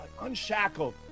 unshackled